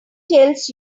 tells